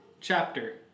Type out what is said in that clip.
chapter